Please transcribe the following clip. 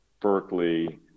Berkeley